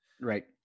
Right